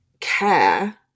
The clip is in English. care